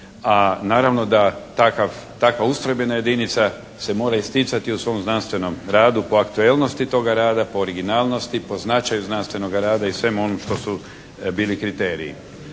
a naravno da takva ustrojbena jedinica se mora isticati u svom znanstvenom radu po aktuelnosti toga rada, po originalnosti, po značaju znanstvenoga rada i svemu onome što su bili kriteriji.